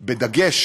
בדגש,